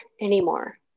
anymore